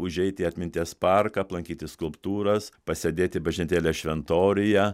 užeiti į atminties parką aplankyti skulptūras pasėdėti bažnytėlės šventoriuje